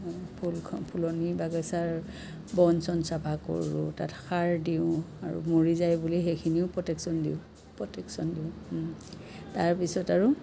ফুলখ ফুলনি বাগিচাৰ বন চন চফা কৰোঁ তাত সাৰ দিওঁ আৰু মৰি যাই বুলি সেইখিনিও প্ৰটেকশ্যন দিওঁ প্ৰটেকশ্যন দিওঁ তাৰপিছত আৰু